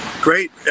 Great